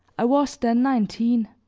i was then nineteen